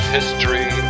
History